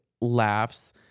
laughs